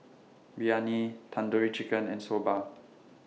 Biryani Tandoori Chicken and Soba